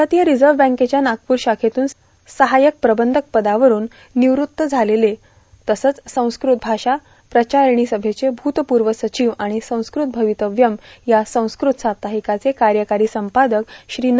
भारतीय रिझर्व्ह बँकेच्या नागपूर शाखेतून सहायक प्रबन्धक पदावरून निवृत्त झालेले तसंच संस्कृत भाषा प्रचारिणी सभेचे भूतपूर्व सचिव आणि संस्कृत भवितव्यम् या संस्कृत साप्ताहिकाचे कार्यकारी संपादक श्री न